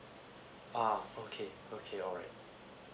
ah okay okay alright